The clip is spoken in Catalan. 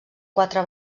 quatre